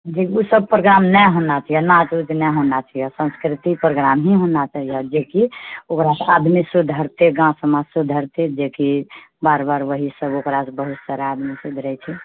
ओ सब प्रोग्राम नहि होना चाहिए नाँच उँच नहि होना चाहिए सांस्कृतिक प्रोग्रा ही होना चाहिए जेकि ओकरासँ आदमी सुधरतै गाँव समाज सुधरतै जेकि बार बार ओएह सब ओकरासँ बहुत सारा आदमी सुधरै छै